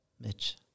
Mitch